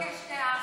אני מבקשת דעה אחרת.